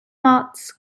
ots